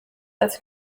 als